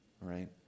right